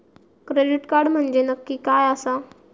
Credit card म्हंजे नक्की काय आसा?